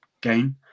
game